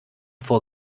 vor